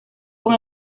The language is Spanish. con